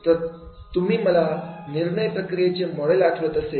तर तुम्ही मला निर्णय प्रक्रियेचे मॉडेल आठवत असेल